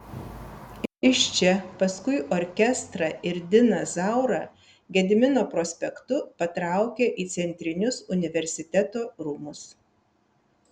iš čia paskui orkestrą ir diną zaurą gedimino prospektu patraukė į centrinius universiteto rūmus